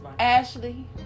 Ashley